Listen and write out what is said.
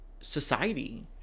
society